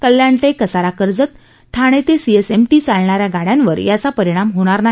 कल्याण ते कसारा कर्जत आणि ते ठाणे ते सीएसटी चालणा या गाड्यांवर याचा परिणाम होणार नाही